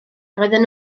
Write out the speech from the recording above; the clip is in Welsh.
roedden